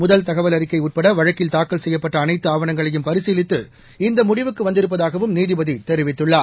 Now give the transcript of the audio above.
முதல் தகவல் அறிக்கை உட்பட வழக்கில் தாக்கல் செய்யப்பட்ட அனைத்து ஆவனங்களையும் பரிசீலித்து இந்த முடிவுக்கு வந்திருப்பதாகவும் நீதிபதி தெரிவித்துள்ளார்